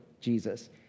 Jesus